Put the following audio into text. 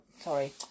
sorry